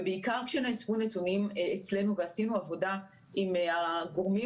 ובעיקר כשנאספו נתונים אצלנו ועשינו עבודה עם הגורמים